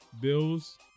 Bills